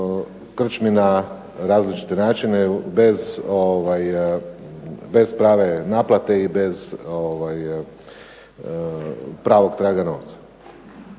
krčmi na različite načine, bez prave naplate i bez pravog traga novca.